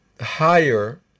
higher